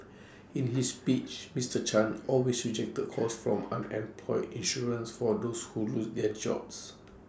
in his speech Mister chan always rejected calls for an unemployed insurance for those who lose their jobs